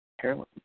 Carolyn